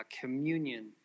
communion